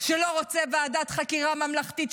שלא רוצה ועדת חקירה ממלכתית,